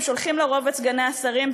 הם שולחים לרוב את סגני השרים,